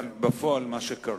בפועל מה שקרה,